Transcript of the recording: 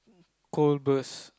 cold burst